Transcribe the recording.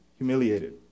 humiliated